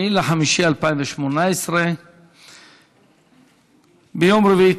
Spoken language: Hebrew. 9 במאי 2018. ביום רביעי,